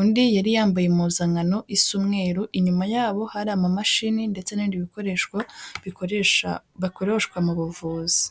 Undi yari yambaye impuzankano isa umweru, inyuma yabo hari ama mashini ndetse n'ibindi bikoresho bikoresha, bakoreshwa mu buvuzi.